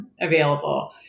available